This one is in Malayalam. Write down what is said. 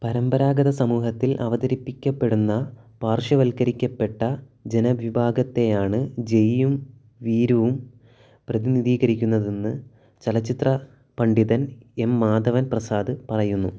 പരമ്പരാഗത സമൂഹത്തിൽ അവതരിപ്പിക്കപ്പെടുന്ന പാർശ്വവൽക്കരിക്കപ്പെട്ട ജനവിഭാഗത്തെയാണ് ജയ്യും വീരുവും പ്രതിനിധീകരിക്കുന്നതെന്ന് ചലച്ചിത്ര പണ്ഡിതൻ എം മാധവൻ പ്രസാദ് പറയുന്നു